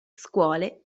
scuole